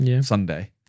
Sunday